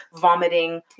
vomiting